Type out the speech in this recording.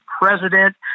president